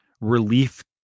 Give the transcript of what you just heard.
relief